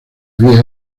había